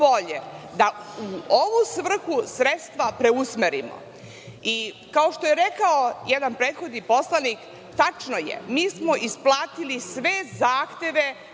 da u ovu svrhu sredstva preusmerimo. Kao što je rekao jedan prethodni poslanik, tačno je, mi smo isplatili sve zahteve